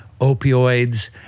opioids